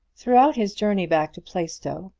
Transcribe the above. throughout his journey back to plaistow,